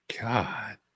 God